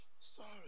sorry